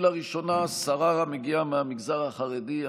ובהן לראשונה שרה המגיעה מהמגזר החרדי,